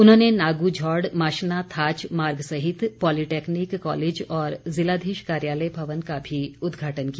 उन्होंने नागूझौड़ माशना थाच मार्ग सहित पॉलिटैक्निक कॉलेज और जिलाधीश कार्यालय भवन का भी उद्घाटन किया